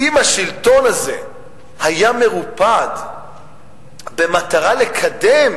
אם השלטון הזה היה מרופד במטרה לקדם